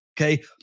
okay